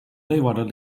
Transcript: leeuwarden